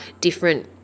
different